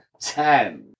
Ten